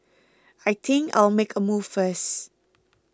I think I'll make a move first